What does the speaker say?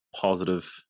positive